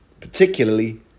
particularly